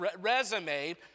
resume